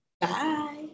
Bye